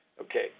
Okay